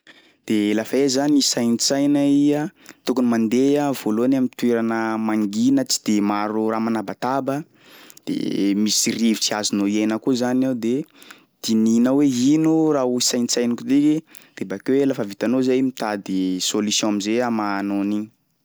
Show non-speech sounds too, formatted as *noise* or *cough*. *noise* De lafa iha zany isaintsaina iha, tokony mandeha iha voalohany am'toerana mangina tsy de maro raha manabataba de misy rivotry azonao iaina koa zany ao de dinihinao hoe ino raha ho saintsainiko tiky de bakeo iha lafa vitanao zay mitady solution am'zay amahanao an'igny.